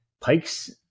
Pikes